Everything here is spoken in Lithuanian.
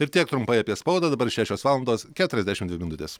ir tiek trumpai apie spaudą dabar šešios valandos keturiasdešimt dvi minutės